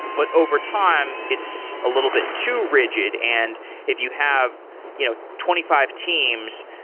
but over time it's a little bit too rigid. and if you have you know twenty five teams,